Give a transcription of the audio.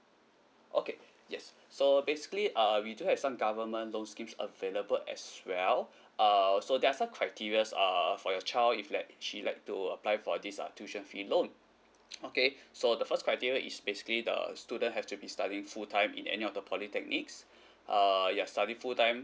okay yes so basically uh we do have some government loan schemes available as well uh so there's a criteria err for your child if like she like to apply for this uh tuition fee loan okay so the first criteria is basically the student have to be studying full time in any other polytechnics err you have study full time